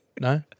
No